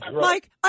Mike